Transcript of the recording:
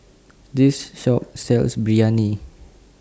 This Shop sells Biryani